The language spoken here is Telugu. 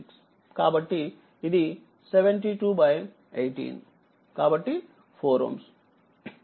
కాబట్టిఇది728 కాబట్టి 4Ω